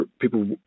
people